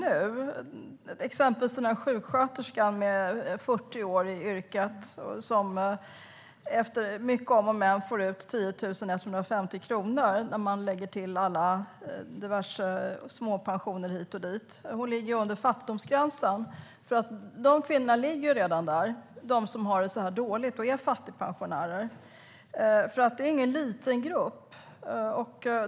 Det gäller exempelvis sjuksköterskan med 40 år i yrket som efter mycket om och men får ut 10 150 kronor när man lägger till diverse småpensioner hit och dit. Hon ligger under fattigdomsgränsen. De kvinnor som har det så dåligt och är fattigpensionärer ligger redan där. Det är inte någon liten grupp.